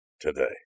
today